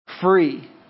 Free